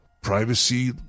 privacy